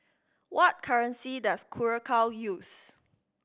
what currency does Curacao use